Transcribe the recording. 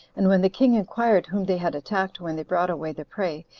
and when the king inquired whom they had attacked when they brought away the prey,